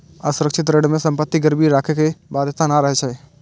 असुरक्षित ऋण मे संपत्ति गिरवी राखै के बाध्यता नै रहै छै